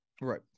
Right